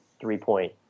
three-point